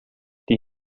die